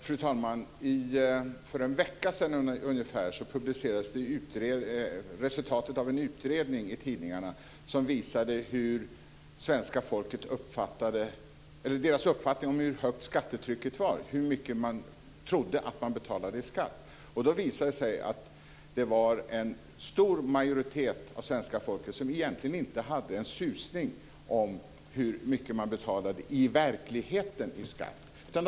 Fru talman! För ungefär en vecka sedan publicerades resultatet av en utredning i tidningarna som visade svenska folkets uppfattning om hur högt skattetrycket var, hur mycket man trodde att man betalade i skatt. Det visade sig att det var en stor majoritet av svenska folket som egentligen inte hade en susning om hur mycket man i verkligheten betalar i skatt.